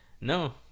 No